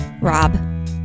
Rob